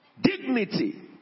Dignity